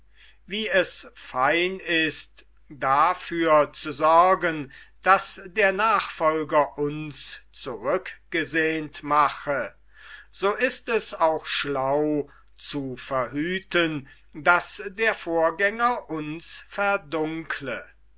wie es fein ist dafür zu sorgen daß der nachfolger uns zurückgesehnt mache so ist es auch schlau zu verhüten daß der vorgänger uns